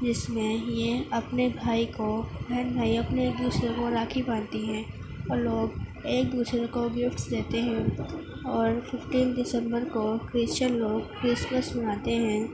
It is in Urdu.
جس میں یہ اپنے بھائی کو بہن بھائی اپنے ایک دوسرے کو راکھی باندھتی ہیں اور لوگ ایک دوسرے کو گفٹس دیتے ہیں اور ففٹین دسمبر کو کرسچیئن لوگ کرسمس مناتے ہیں